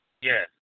Yes